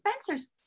Spencers